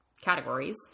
categories